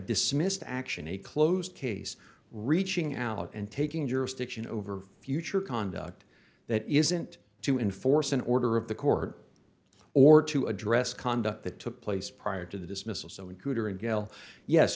dismissed action a closed case reaching out and taking jurisdiction over future conduct that isn't to enforce an order of the court or to address conduct that took place prior to the dismissal so in cooter a gal yes